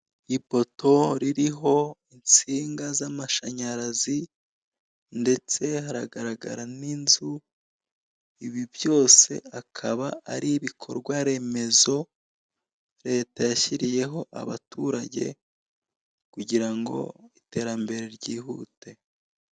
Ipoto ririho itsinga z'amashanyarazi ndetse haragaragara n'inzu, ibi byose akaba ari ibikorwa remezo leta yashyiriyeho abaturage kugirango iterambere ryihute.